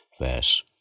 verse